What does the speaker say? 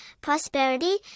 prosperity